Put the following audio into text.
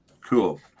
Cool